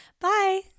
bye